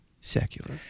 secular